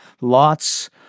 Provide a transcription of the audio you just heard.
lots